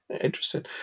interesting